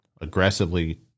aggressively